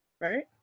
Right